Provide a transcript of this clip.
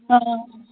অঁ